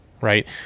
right